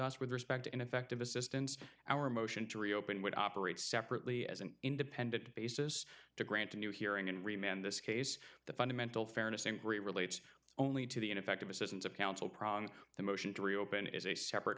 us with respect to ineffective assistance our motion to reopen would operate separately as an independent basis to grant a new hearing and remain in this case the fundamental fairness inquiry relates only to the ineffective assistance of counsel problem the motion to reopen is a sep